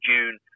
June